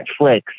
Netflix